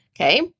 okay